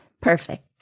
Perfect